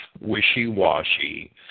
wishy-washy